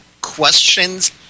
questions